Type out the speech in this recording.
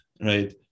right